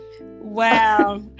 Wow